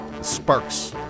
sparks